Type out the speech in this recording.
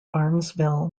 barnesville